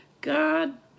God